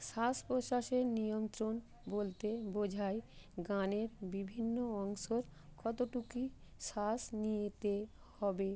শ্বাস প্রশ্বাসের নিয়ন্ত্রণ বলতে বোঝায় গানের বিভিন্ন অংশর কতটুকু শ্বাস নিতে হবে